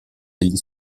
degli